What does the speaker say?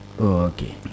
Okay